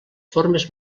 formes